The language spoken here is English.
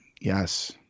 yes